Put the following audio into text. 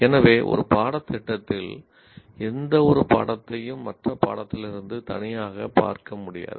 எனவே ஒரு பாடத்திட்டத்தில் எந்தவொரு பாடத்தையும் மற்ற பாடத்திலிருந்து தனியாகப் பார்க்க முடியாது